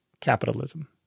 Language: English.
capitalism